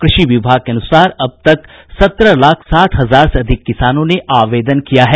कृषि विभाग के अनुसार अब तक सत्रह लाख साठ हजार से अधिक किसानों ने आवेदन किया है